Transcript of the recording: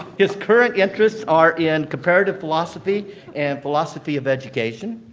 his current interests are in comparative philosophy and philosophy of education.